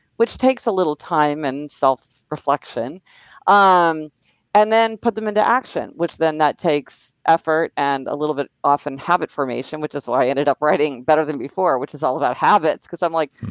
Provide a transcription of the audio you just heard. which takes a little time and self-reflection, um and and then put them into action, which then that takes effort and a little bit, often, habit formation, which is why i ended up writing better than before, which is all about habits because i'm like,